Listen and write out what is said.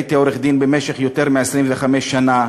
שהייתי עורך-דין במשך יותר מ-25 שנה,